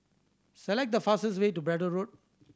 select the fastest way to Braddell Road